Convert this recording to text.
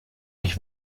nicht